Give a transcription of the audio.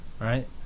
right